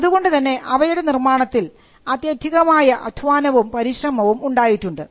അതുകൊണ്ടുതന്നെ അവയുടെ നിർമ്മാണത്തിൽ അത്യധികമായ അധ്വാനവും പരിശ്രമവും ഉണ്ടായിട്ടുണ്ട്